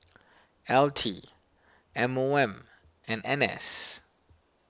L T M O M and N S